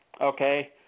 Okay